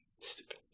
stupid